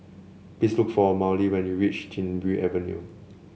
please look for Maudie when you reach Chin Bee Avenue